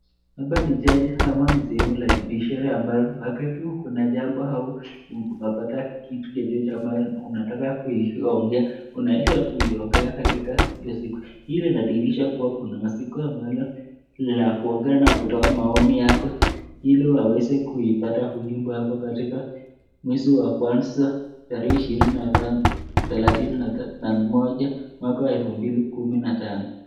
Hapa ni jaji ama ni sehemu ya judiciary ambayo wakati kuna jambo au kuna kitu yeyote unataka kuiongea unaeza ukaiongea katika hio siku ,hii unadhihirisha kuwa kuna mazungumzo kati yako ili waeze kuipata ujumbe wako katika mwezi wa kwanza tarehe thelathini na moja, mwaka wa elfu mbili kumi na tano.